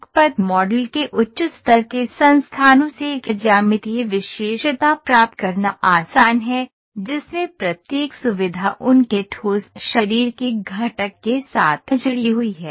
एक पथ मॉडल के उच्च स्तर के संस्थानों से एक ज्यामितीय विशेषता प्राप्त करना आसान है जिसमें प्रत्येक सुविधा उनके ठोस शरीर के घटक के साथ जुड़ी हुई है